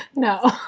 no.